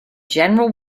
general